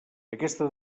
aquesta